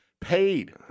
paid